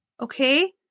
okay